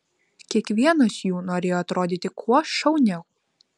kiekvienas jų norėjo atrodyti kuo šauniau